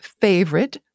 favorite